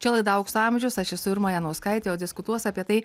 čia laida aukso amžius aš esu irma janauskaitė o diskutuos apie tai